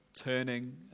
turning